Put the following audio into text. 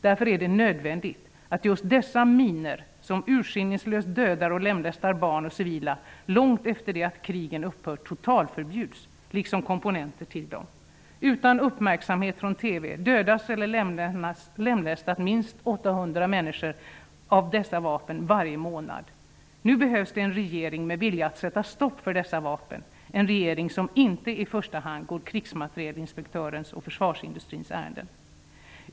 Därför är det nödvändigt att just dessa minor som urskiljningslöst dödar och lemlästar barn och civila långt efter det att krigen upphört totalförbjuds, liksom komponenter till dem. Utan uppmärksamhet från TV dödas eller lemlästas minst 800 människor av dessa vapen varje månad. Nu behövs en regering med vilja att sätta stopp för dessa vapen. En regering som inte i första hand går krigsmaterielinspektörens och försvarsindustrins ärenden.